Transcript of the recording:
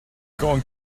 going